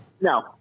No